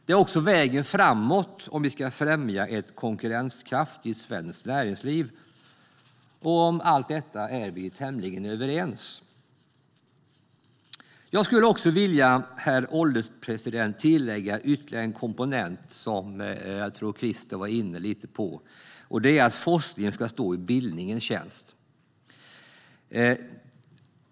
Det är också vägen framåt om vi ska främja ett konkurrenskraftigt svenskt näringsliv. Om allt detta är vi tämligen överens. Herr ålderspresident! Jag skulle vilja tillägga ytterligare en komponent, som jag tror att Christer Nylander var inne lite på, och det är att forskningen ska stå i bildningens tjänst.